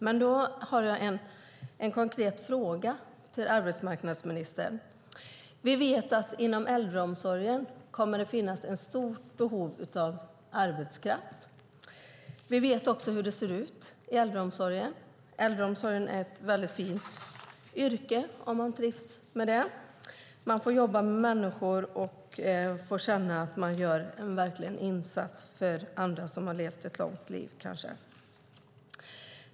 Men då har jag en konkret fråga till arbetsmarknadsministern. Vi vet att det kommer att finnas ett stort behov av arbetskraft inom äldreomsorgen. Vi vet också hur det ser ut i äldreomsorgen. Äldreomsorg är ett väldigt fint arbete om man trivs med det. Man får jobba med människor och får känna att man gör en verklig insats för andra som kanske har levt ett långt liv.